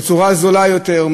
בצורה זולה יותר,